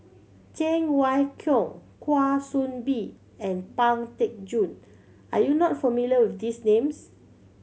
Cheng Wai Keung Kwa Soon Bee and Pang Teck Joon are you not familiar with these names